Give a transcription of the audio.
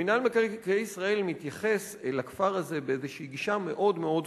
ומינהל מקרקעי ישראל מתייחס לכפר הזה באיזו גישה מאוד מאוד פורמליסטית,